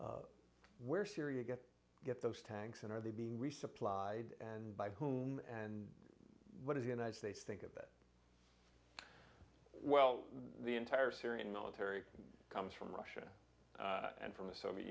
s where syria get to get those tanks and are they being resupplied and by whom and what is the united states think of the well the entire syrian military comes from russia and from the soviet